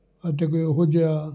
ਅਤੇ ਕੋਈ ਇਹੋ ਜਿਹਾ